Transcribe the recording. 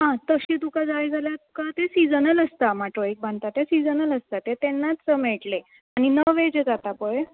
आं तशी तुका जाय जाल्यार तुका ते सिजनल आसता माटोळीक बांदता ते सिजनल आसता ते तेन्नाच मेळटले आनी नवे जे जाता पळय